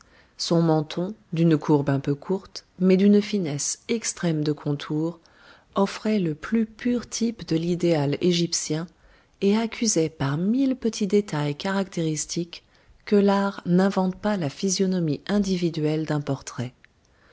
son menton d'une courbe un peu courte mais d'une finesse extrême de contour offraient le plus pur type de l'idéal égyptien et accusaient par mille petits détails caractéristiques que l'art n'invente pas la physionomie individuelle d'un portrait